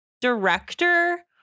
director